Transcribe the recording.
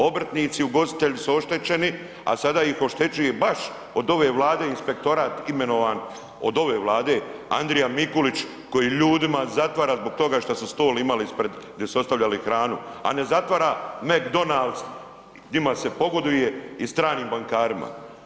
Obrtnici i ugostitelji su oštećeni, a sada ih oštećuje baš od ove Vlade inspektorat imenovan od ove Vlade, Andrija Mikulić koji ljudima zatvara zbog toga šta su stol imali ispred, gdje su ostavljali hranu, a ne zatvara Mc Donalds, njima se pogoduje i stranim bankarima.